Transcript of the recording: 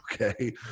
okay